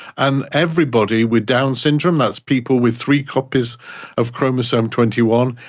and everybody with down syndrome, that's people with three copies of chromosome twenty one,